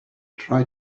try